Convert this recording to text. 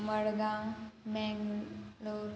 Madgaon Mangalore